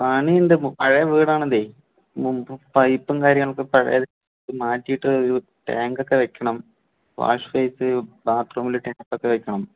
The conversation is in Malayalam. പണിയുണ്ട് പഴയ വീടാണത് മുമ്പ് പൈപ്പും കാര്യങ്ങളൊക്കെ പഴയത് മാറ്റി ഇട്ടതേയുള്ളു ഇനി ടാങ്കൊക്കെ വെക്കണം വാഷ് ബേസ് ബാത്റൂമിലിട്ട് അപ്പുറത്ത് വെക്കണം